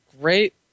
Great